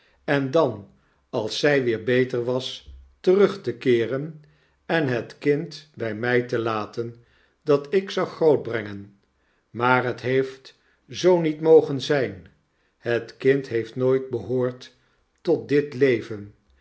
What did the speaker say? en dan als zij weer beter was terug te keeren en het kind by my te laten dat ik zou grootbrengen maar het heeft zoo niet mogen zyn het kind heeft nooit behoord tot dit leven